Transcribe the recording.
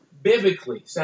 Biblically